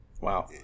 Wow